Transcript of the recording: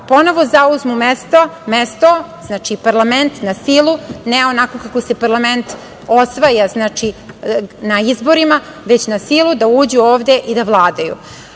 ponovo zauzmu mesto, parlament na silu, ne onako kako se parlament osvaja, na izborima, već na silu da uđu ovde i da vladaju. Ovom